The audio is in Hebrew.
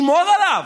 שמור עליו.